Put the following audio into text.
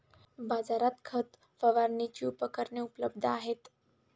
बाजारात खत फवारणीची उपकरणे उपलब्ध आहेत